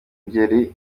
ngeri